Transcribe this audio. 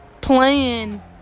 playing